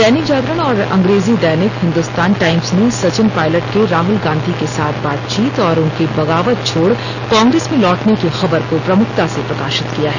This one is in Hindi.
दैनिक जागरण और अंग्रेजी दैनिक हिंदुस्तान टाइम्स ने सचिन पायलट के राहुल गांधी के साथ बातचीत और उनके बगावत छोड़ कांग्रेस में लौटने की खबर को प्रमुखता से प्रकाशित किया है